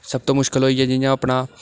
सब तू मुश्कल होई गेआ जि'यां अपना